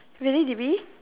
really to be